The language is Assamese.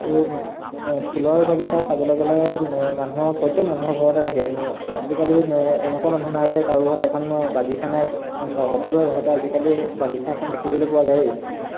আৰু ফুলৰ বাগিচা চাবলৈ গ'লে মানুহৰ প্ৰত্যেক মানুহৰ ঘৰতে থাকে আজিকালি এনেকুৱা মানুহ যায় যে কাৰো ঘৰত এখন বাগিচা নাই সকলোৰে ঘৰত আজিকালি বাগিচা এখন দেখিবলৈ পোৱা যায়েই